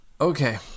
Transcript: okay